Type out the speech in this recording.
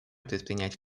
предпринять